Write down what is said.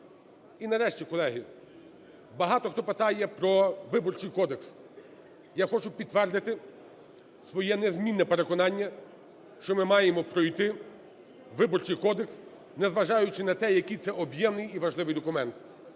І нарешті, колеги, багато хто питає про Виборчий кодекс. Я хочу підтвердити своє незмінне переконання, що ми маємо пройти Виборчий кодекс, незважаючи на те, який це об'ємний і важливий документ.